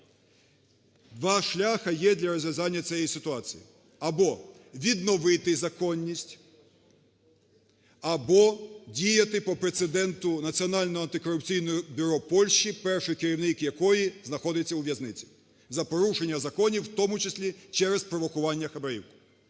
Два шляхи є для розв'язання цієї ситуації: або відновити законність, або діяти по прецеденту Національного антикорупційного бюро Польщі, перший керівник якої знаходиться у в'язниці за порушення законів у тому числі провокування хабарів.